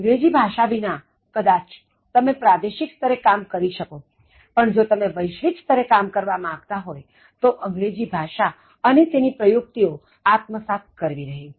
અંગ્રેજી ભાષા વિના કદાચ તમે પ્રાદેશિક સ્તરે કામ કરી શકો પણ જો તમે વૈશ્વિક સ્તરે કામ કરવા માગતા હોય તો અંગ્રેજી ભાષા અને તેની પ્રયુક્તિઓ આત્મસાત્ કરવી રહી